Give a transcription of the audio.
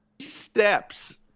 steps